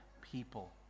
people